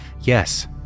Yes